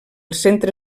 centre